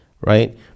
right